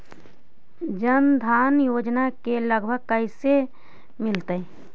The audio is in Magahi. जन धान योजना के लाभ कैसे मिलतै?